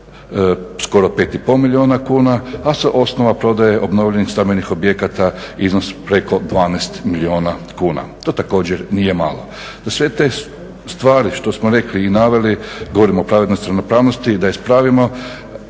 sve te stvari što smo rekli i naveli, govorimo o pravednosti i ravnopravnosti, da ispravimo